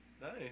Nice